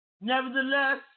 Nevertheless